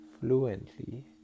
fluently